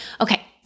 Okay